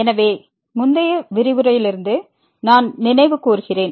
எனவே முந்தைய விரிவுரையிலிருந்து நான் நினைவுகூர்கிறேன்